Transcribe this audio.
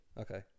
Okay